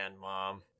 Mom